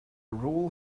rule